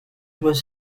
was